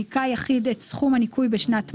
ניכה יחיד את סכום הניכוי בשנת מס,